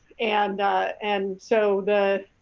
and and so the